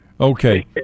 Okay